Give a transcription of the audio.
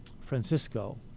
Francisco